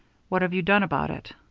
what have you done about it?